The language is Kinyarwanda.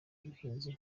ubuhinzi